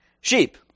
Sheep